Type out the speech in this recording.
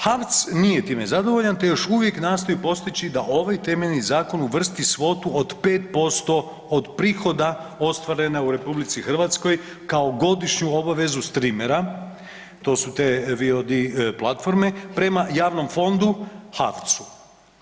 HAVC nije time zadovoljan te još uvijek nastoji postići da ovaj temeljni zakon uvrsti svotu od 5% od prihoda ostvarena u RH kao godišnju obavezu streamer-a to su te …/nerazumljivo/… platforme prema javnom fondu HAVC-u.